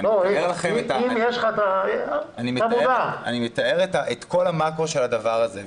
אני מתאר את כל המקרו של הדבר הזה.